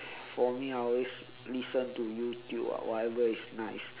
for me I always listen to youtube ah whatever is nice